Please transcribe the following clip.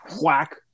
whack